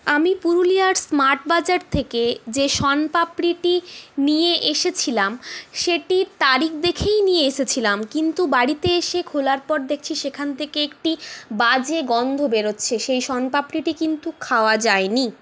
আমি পুরুলিয়ার Smart Bazaar থেকে যে শনপাপড়িটি নিয়ে এসেছিলাম সেটি তারিখ দেখেই নিয়ে এসেছিলাম কিন্তু বাড়িতে এসে খোলার পর দেখছি সেখান থেকে একটি বাজে গন্ধ বেরোচ্ছে সেই শনপাপড়িটি কিন্তু খাওয়া যায়নি